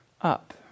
up